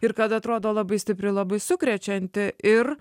ir kad atrodo labai stipri labai sukrečianti ir